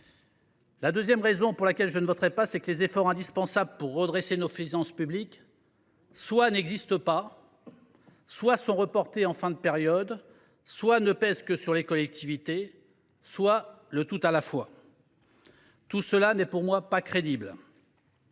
%, contre 1,4 % pour le Gouvernement. Deuxièmement, les efforts indispensables pour redresser nos finances publiques soit n’existent pas, soit sont reportés en fin de période, soit ne pèsent que sur les collectivités, soit les trois à la fois. Tout cela n’est pour moi pas crédible